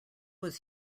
was